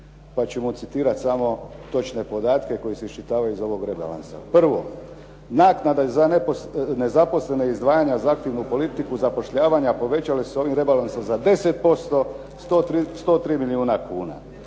Pa ćemo citirati samo točne podatke koji se iščitavaju iz ovog rebalansa. Prvo, naknade za nezaposlene je izdvajanja uz aktivnu politiku zapošljavanja povećale su se ovim rebalansom za 10%, 103 milijuna kuna.